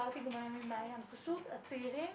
הצעירים